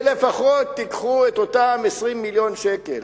שלפחות תיקחו את אותם 20 מיליון שקל,